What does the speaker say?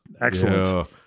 Excellent